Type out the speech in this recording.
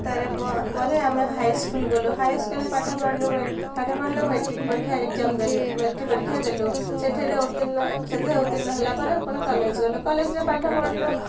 ତା' ପରେ ଆମେ ହାଇ ସ୍କୁଲ ଗଲୁ ହାଇସ୍କୁଲରେ ପାଠ ପଢ଼ିଲୁ ପାଠ ପଢ଼ିଲୁ ମେଟ୍ରିକ୍ ପରୀକ୍ଷା ଏଗ୍ଜାମ୍ ଦେଲୁ ମେଟ୍ରିକ୍ ପରୀକ୍ଷା ଦେଲୁ ସେଠାରେ ଉତ୍ତୀର୍ଣ୍ଣ ସେଥିରେ ଉତ୍ତୀର୍ଣ୍ଣ ହେଲା ପରେ କ'ଣ କଲେଜ ଗଲୁ କଲେଜରେ ପାଠ ପଢ଼ିଲୁ